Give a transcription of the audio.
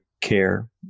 care